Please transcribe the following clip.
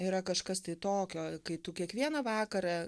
yra kažkas tai tokio kai tu kiekvieną vakarą